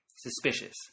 suspicious